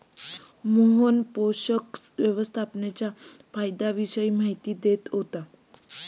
मोहन पोषक व्यवस्थापनाच्या फायद्यांविषयी माहिती देत होते